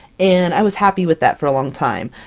and i was happy with that for a long time.